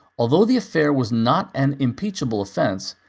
although the affair was not an impeachable offense,